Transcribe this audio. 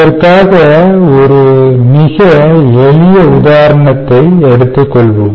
இதற்காக ஒரு மிக எளிய உதாரணத்தை எடுத்துக் கொள்வோம்